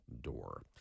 door